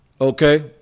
Okay